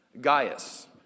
Gaius